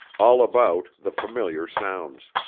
all about the familiar sounds.